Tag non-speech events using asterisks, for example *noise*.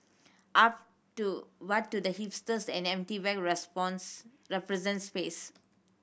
*unintelligible* to but to hipsters an empty bag *unintelligible* represents space